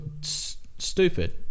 stupid